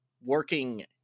working